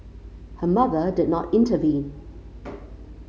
her mother did not intervene